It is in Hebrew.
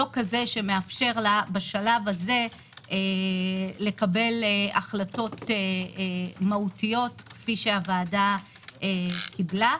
מאפשר לה בשלב הזה לקבל החלטות מהותיות כפי שהוועדה קיבלה.